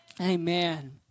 Amen